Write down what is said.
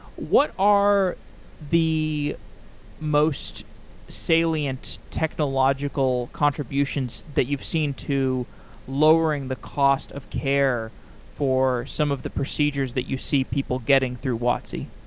what are the most salient technological contributions that you've seen to lowering the cost of care for some of the procedures that you see people getting through watsi?